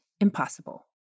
impossible